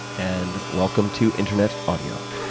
and welcome to internet audio.